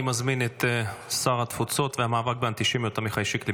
אני מזמין את שר התפוצות והמאבק באנטישמיות עמיחי שיקלי,